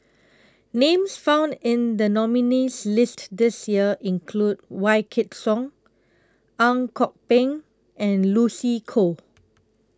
Names found in The nominees' list This Year include Wykidd Song Ang Kok Peng and Lucy Koh